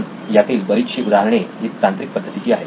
पण यातील बरीचशी उदाहरणे ही तांत्रिक पद्धतीची आहेत